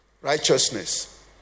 righteousness